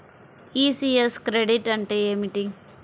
ECS credit అంటే ఏమిటి?